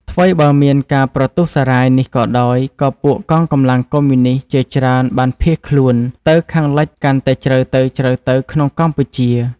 ថ្វីបើមានការប្រទូសរ៉ាយនេះក៏ដោយ ក៏ពួកកងកម្លាំងកុម្មុយនិស្តជាច្រើនបានភៀសខ្លួន ទៅខាងលិចកាន់តែជ្រៅទៅៗក្នុងកម្ពុជា។